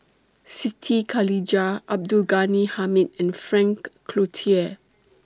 Siti Khalijah Abdul Ghani Hamid and Frank Cloutier